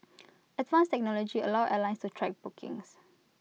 advanced technology allows airlines to track bookings